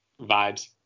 vibes